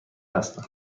هستم